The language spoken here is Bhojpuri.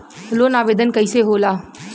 लोन आवेदन कैसे होला?